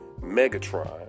Megatron